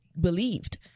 believed